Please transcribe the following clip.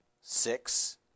six